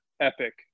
epic